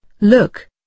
Look